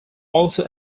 also